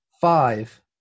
Five